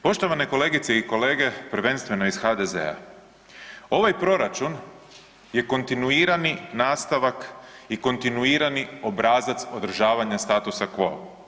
Poštovane kolegice i kolege prvenstveno iz HDZ-a, ovaj proračun je kontinuirani nastavak i kontinuirani obrazac održavanja statua qo.